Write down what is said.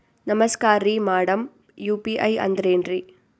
ನಮಸ್ಕಾರ್ರಿ madam UPI ಅಂದ್ರೆನ್ರಿ?